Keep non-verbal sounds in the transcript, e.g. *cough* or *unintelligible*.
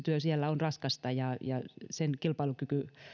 *unintelligible* työ kotihoidossa on raskasta sen kilpailukykyä